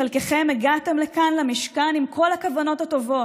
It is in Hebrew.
חלקכם הגעתם לכאן למשכן עם כל הכוונות הטובות,